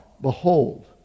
behold